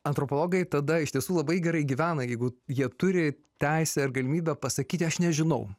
antropologai tada iš tiesų labai gerai gyvena jeigu jie turi teisę ir galimybę pasakyti aš nežinau